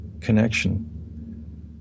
connection